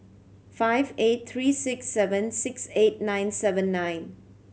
five eight three six seven six eight nine seven nine